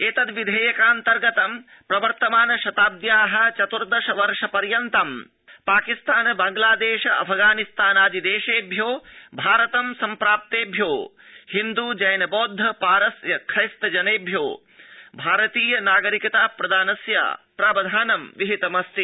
एतद् विध्यक्रिाऽन्तर्गत प्रवर्तमान शताब्द्या चत्दर्दश वर्ष पर्यन्त पाकिस्तान बांग्लादधी अफगानिस्तानादि दध्यक्षी भारतं सम्प्राप्तध्यी हिन्द् जैन बौद्ध पारस्य खैस्त जनध्यी भारतीय नागरिकता प्रदानस्य प्रावधानं विहितमस्ति